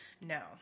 No